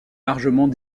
largement